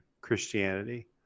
Christianity